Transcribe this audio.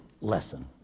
lesson